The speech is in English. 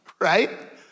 right